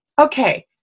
okay